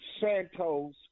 Santos